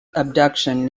abduction